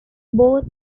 both